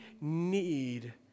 need